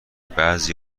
بعضی